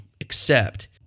accept